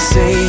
Say